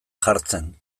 jartzen